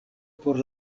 por